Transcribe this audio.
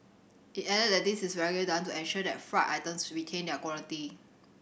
it added that this is regularly done to ensure that fried items retain their quality